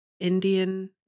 Indian